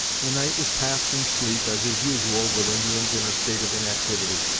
the night was passed in sleep, as is usual with indians in a state of inactivity.